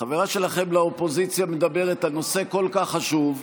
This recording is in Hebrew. חברה שלכם לאופוזיציה מדברת על נושא כל כך חשוב,